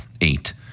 eight